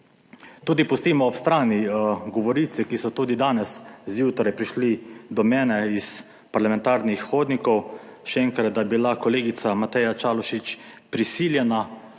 Tudi pustimo ob strani govorice, ki so tudi danes zjutraj prišli do mene iz parlamentarnih hodnikov, še enkrat, da je bila kolegica Mateja Čalušić prisiljena